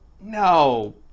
no